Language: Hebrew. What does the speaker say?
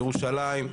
ירושלים,